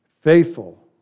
faithful